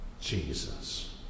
Jesus